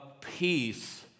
peace